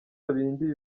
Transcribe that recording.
bindi